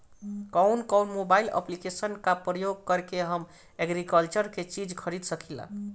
कउन कउन mobile application का प्रयोग करके हम एग्रीकल्चर के चिज खरीद सकिला?